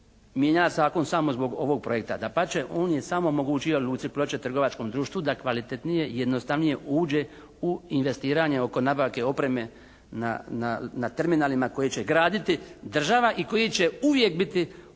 mijenja zakon samo zbog ovog projekta. Dapače, on je samo omogućio Luci Ploče, trgovačkom društvu da kvalitetnije i jednostavnije uđe u investiranje oko nabavke opreme na terminalima koje će graditi država i koje će uvijek biti